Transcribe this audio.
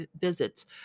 visits